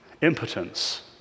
impotence